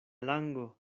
lango